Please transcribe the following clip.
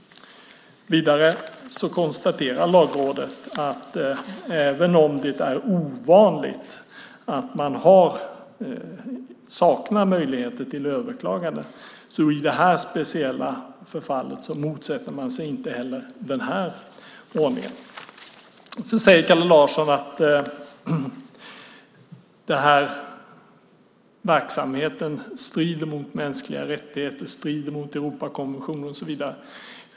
Vidare konstaterar Lagrådet att även om det är ovanligt att det saknas möjligheter till överklagande motsätter man sig i det här speciella fallet inte heller den här ordningen. Kalle Larsson säger att den här verksamheten strider mot mänskliga rättigheter, strider mot Europakonventionen och så vidare.